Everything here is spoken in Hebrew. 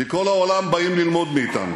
מכל העולם באים ללמוד מאתנו,